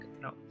No